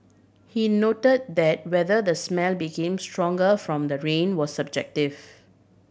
he note that whether the smell became stronger from the rain was subjective